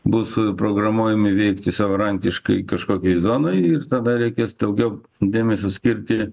bus programuojami veikti savarankiškai kažkokioj zonoj ir tada reikės daugiau dėmesio skirti